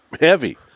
heavy